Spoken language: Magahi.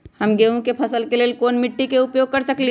हम गेंहू के फसल के लेल कोन मिट्टी के उपयोग कर सकली ह?